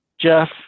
Jeff